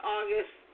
August